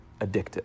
addictive